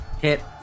Hit